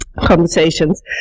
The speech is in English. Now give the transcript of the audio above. conversations